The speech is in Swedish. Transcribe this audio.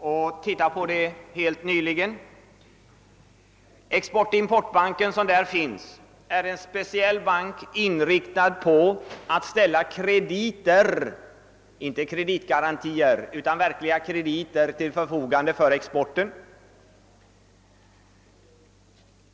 Där finns en speciell bank — »Export-importibanken» — som är inriktad på att ställa verkliga krediter, alltså inte kreditgarantier, till förfogande för exporten.